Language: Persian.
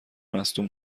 مصدوم